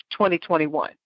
2021